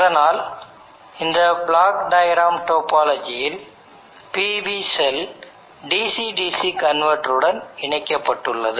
அதனால்இந்த block diagram topology இல் PV cell dc dc converter உடன் இணைக்கப்பட்டுள்ளது